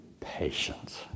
Patience